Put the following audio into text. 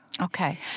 Okay